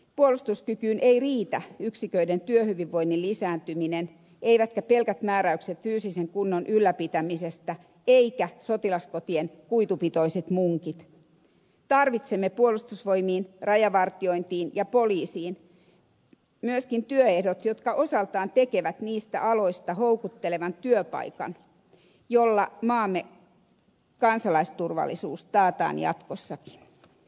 puolustuskykyyn ei riitä yksiköiden työhyvinvoinnin lisääntyminen eivätkä pelkät määräykset fyysisen kunnon ylläpitämisestä eivätkä sotilaskotien kuitupitoiset munkit tarvitsemme puolustusvoimiin rajavartiointiin ja poliisiin myöskin työehdot jotka osaltaan tekevät niille aloille houkuttelevia työpaikkoja joilla maamme kansalaisturvallisuus taataan jatkossakin